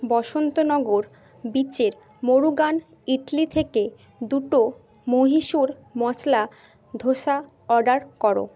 বসন্ত নগর বীচের মুরুগান ইডলি থেকে দুটো মহীশুর মশলা ধোসা অর্ডার করো